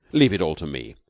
leave it all to me.